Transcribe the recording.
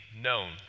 known